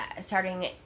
starting